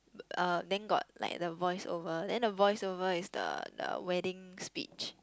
uh then got like the voice over then the voice over is the the wedding speech